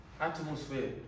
atmosphere